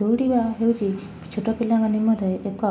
ଦୌଡ଼ିବା ହେଉଛି ଛୋଟପିଲା ମାନେ ମଧ୍ୟ ଏକ